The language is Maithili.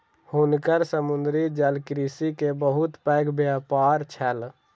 हुनकर समुद्री जलकृषि के बहुत पैघ व्यापार छल